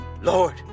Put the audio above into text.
Lord